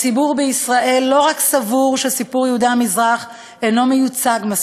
הציבור בישראל לא רק סבור שסיפור יהודי המזרח אינו מיוצג מספיק,